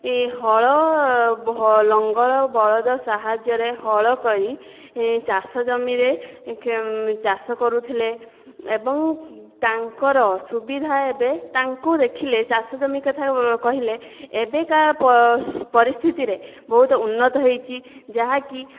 ହଳ ଲଙ୍ଗଳ ବଳଦ ସାହାଯ୍ୟରେ ହଳ କରି ଚାଷ ଜମିରେ ଚାଷ କରୁଥିଲେ ଏବଂ ତାଙ୍କର ସୁବିଧା ଏବେ ତାଙ୍କୁ ଦେଖିଲେ ଚାଷ ଜମି କଥା କହିଲେ ଏବେକା ପରିସ୍ଥିତିରେ ବହୁତ ଉନ୍ନତ ହୋଇଛି ଯାହାକି